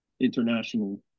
international